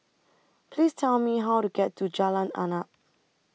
Please Tell Me How to get to Jalan Arnap